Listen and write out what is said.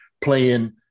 playing